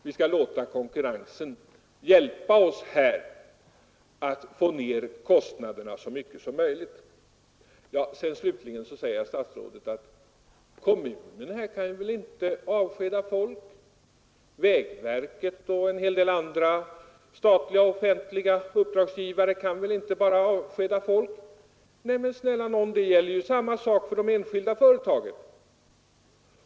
Vi skall låta konkurrensen hjälpa oss att få ner kostnaderna så mycket som möjligt. Herr statsrådet säger slutligen att kommunen väl inte kan avskeda folk; vägverket och en hel del andra statliga offentliga uppdragsgivare kan väl inte bara avskeda folk. Nej, men det gäller ju samma sak för de enskilda företagen.